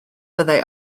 fyddai